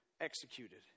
executed